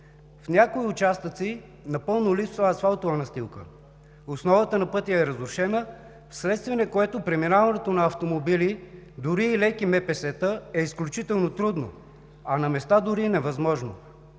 В някои участъци напълно липсва асфалтова настилка. Основата на пътя е разрушена, вследствие на което преминаването на автомобили, дори и леки МПС-та, е изключително трудно, а на места и невъзможно.